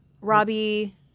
Robbie